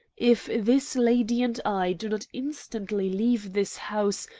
if this lady and i do not instantly leave this house,